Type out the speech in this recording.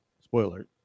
Spoiler